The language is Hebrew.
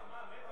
באמת.